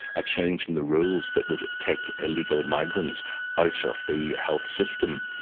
a change in the rules that would take illegal migrants out of the health system.